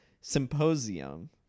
symposium